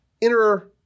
inner